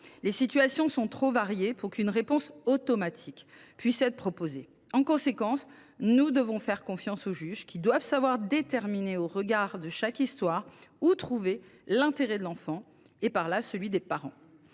Les situations sont trop variées pour apporter une réponse automatique. En conséquence, nous devons faire confiance aux juges, qui doivent savoir déterminer, au regard de chaque histoire, où se situe l’intérêt de l’enfant et, par là même, celui des parents.